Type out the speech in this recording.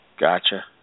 Gotcha